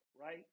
right